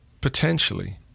Potentially